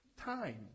time